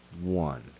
one